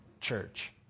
church